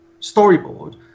storyboard